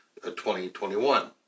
2021